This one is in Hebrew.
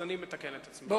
אז אני מתקן את עצמי.